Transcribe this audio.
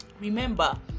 remember